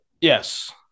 Yes